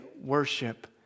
worship